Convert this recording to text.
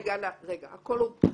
הכול בחירה.